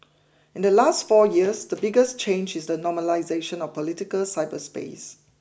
in the last four years the biggest change is the normalisation of political cyberspace